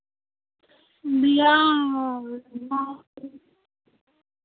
भैया non veg